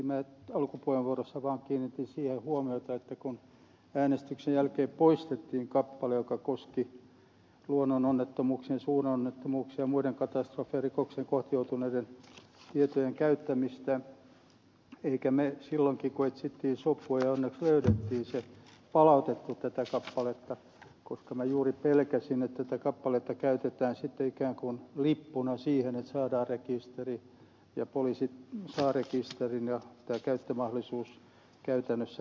minä alkupuheenvuorossa vaan kiinnitin siihen huomiota että äänestyksen jälkeen poistettiin kappale joka koski luonnononnettomuuksien suuronnettomuuksien muiden katastrofien ja rikosten kohteeksi joutuneiden tietojen käyttämistä emmekä me silloinkaan kun etsimme sopua ja onneksi löysimme sen palauttaneet tätä kappaletta koska minä juuri pelkäsin että tätä kappaletta käytetään sitten ikään kuin lippuna siihen että saadaan rekisteri ja poliisi saa rekisterin ja käyttömahdollisuus käytännössä tulee